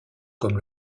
comme